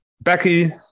Becky